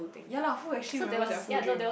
ya lah who actually remember their full dream